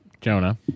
Jonah